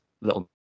little